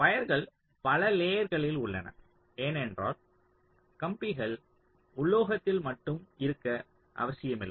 வயர்கள் பல லேயர்களில் உள்ளன ஏனென்றால் கம்பிகள் உலோகத்தில் மட்டும் இருக்க அவசியமில்லை